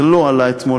זה לא עלה אתמול,